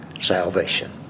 salvation